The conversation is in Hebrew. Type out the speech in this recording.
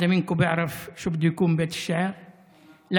מישהו מכם יודע מה שורה זו של שירה יכולה להיות?